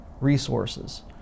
resources